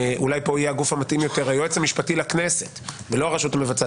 אולי כאן הגוף המתאים יותר יהיה היועץ המשפטי לכנסת ולא הרשות המבצעת.